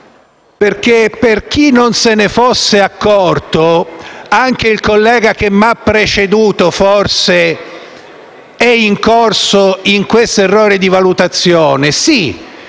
parole? Per chi non se ne fosse accorto - anche il collega che mi ha preceduto forse è incorso in questo errore di valutazione - sì,